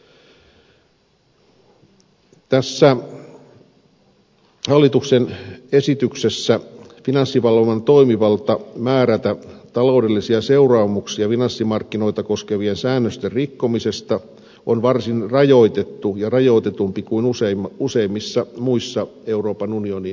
tässä hallituksen esityksessä finanssivalvonnan toimivalta määrätä taloudellisia seuraamuksia finanssimarkkinoita koskevien säännösten rikkomisesta on varsin rajoitettu ja rajoitetumpi kuin useimmissa muissa euroopan unionin jäsenvaltioissa